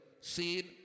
See